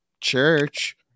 church